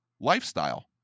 lifestyle